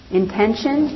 intention